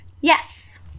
yes